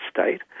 state